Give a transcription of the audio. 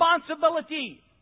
responsibility